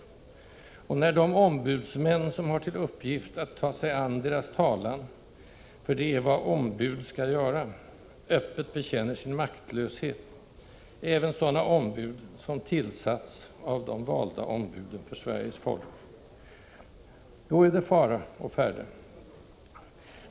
1986/87:24 och när de ombudsmän, som har till uppgift att ta sig an deras talan — för det "= 12 november 1986 är vad ombud skall göra — öppet bekänner sin maktlöshet, även sådana. = Jaag ombud som tillsatts av de valda ombuden för Sveriges folk, då är det fara å färde.